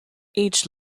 each